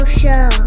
show